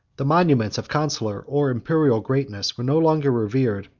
the monuments of consular, or imperial, greatness were no longer revered,